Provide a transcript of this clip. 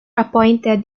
appointed